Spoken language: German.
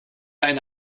eine